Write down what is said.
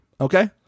okay